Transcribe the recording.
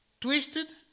twisted